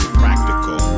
practical